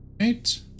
right